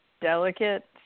delicate